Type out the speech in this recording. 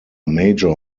major